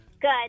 Good